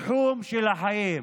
תחום של החיים?